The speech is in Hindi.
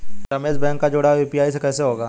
रमेश बैंक का जुड़ाव यू.पी.आई से कैसे होगा?